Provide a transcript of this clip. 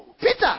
Peter